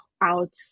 out